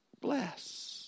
bless